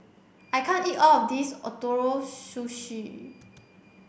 I can't eat all of this Ootoro Sushi